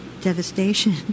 devastation